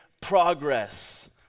progress